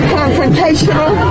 confrontational